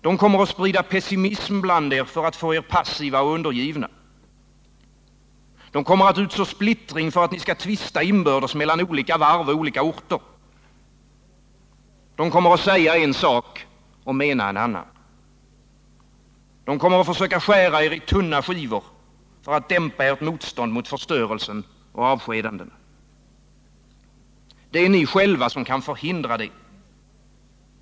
De kommer att sprida pessimism bland er för att få er passiva och undergivna. De kommer att utså splittring för att ni skall tvista inbördes mellan olika varv och olika orter. De kommer att säga en sak och mena en annan. De kommer att försöka skära er i tunna skivor, för att dimpa ert motstånd mot förstörelsen och avskedandena. Det är ni själva som kan förhindra detta.